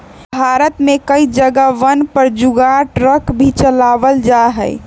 भारत में कई जगहवन पर जुगाड़ ट्रक भी चलावल जाहई